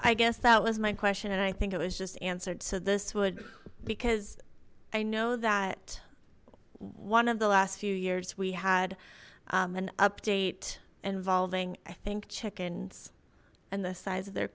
i guess that was my question and i think it was just answered so this would because i know that one of the last few years we had an update involving i think chickens and the size of their